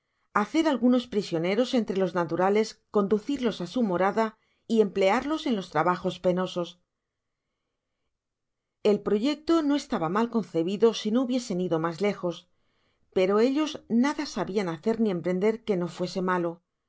hacer algunos prisioneros entre los naturales conducirlos á su morada y emplearlos en los trabajos pe nosos el proyecto no estaba mal concebido si no habiesen ido mas lejos pero ellos nada sabian hacer ni emprender que no fuese malo